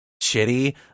shitty